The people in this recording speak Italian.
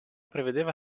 prevedeva